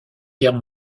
guerre